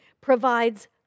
provides